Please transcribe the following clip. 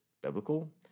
biblical